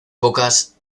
pocas